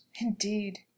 indeed